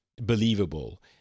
believable